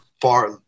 far